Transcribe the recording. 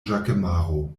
ĵakemaro